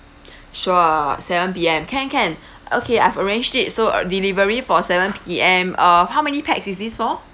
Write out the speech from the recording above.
sure seven P_M can can okay I've arranged it so delivery for seven P_M uh how many pax is this for